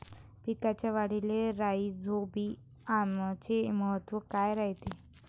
पिकाच्या वाढीले राईझोबीआमचे महत्व काय रायते?